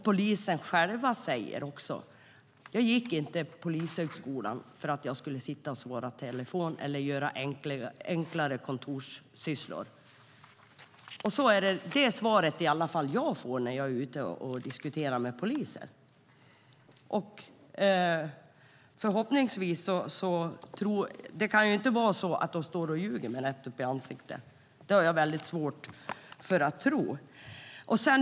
Poliser säger själva också: Jag gick inte Polishögskolan för att jag skulle sitta och svara i telefon eller göra enklare kontorssysslor. Det är i alla fall det svar jag får när jag är ute och diskuterar med poliser. Det kan ju inte vara så att de ljuger mig rätt upp i ansiktet. Det har jag väldigt svårt att tro.